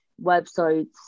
websites